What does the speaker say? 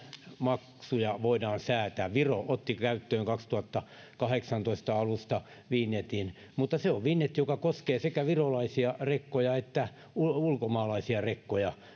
maksuja voidaan säätää ja viro otti käyttöön kaksituhattakahdeksantoista alusta vinjetin mutta se on vinjetti joka koskee sekä virolaisia rekkoja että ulkomaalaisia rekkoja